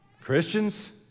Christians